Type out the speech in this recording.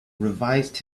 revised